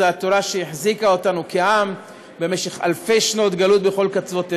זו התורה שהחזיקה אותנו כעם במשך אלפי שנות גלות בכל קצוות תבל,